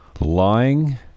Lying